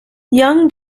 young